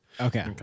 Okay